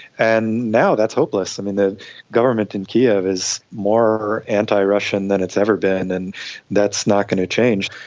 and now that's hopeless. the government in kiev is more anti-russian than it's ever been, and that's not going to change.